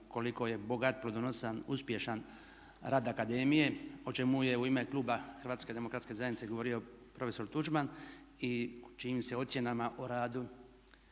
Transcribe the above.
koliko je bogat, plodonosan, uspješan rad akademije o čemu je u ime kluba HDZ-a govorio profesor Tuđman i čijim se ocjenama o radu